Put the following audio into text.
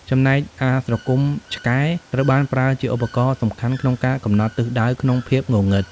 ចំណែកអាស្រគំ (ឆ្កែ) ត្រូវបានប្រើជាឧបករណ៍សំខាន់ក្នុងការកំណត់ទិសដៅក្នុងភាពងងឹត។